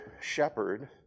shepherd